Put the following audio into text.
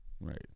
Right